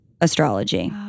astrology